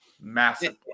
massive